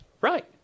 Right